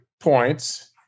points